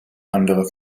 andere